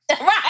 Right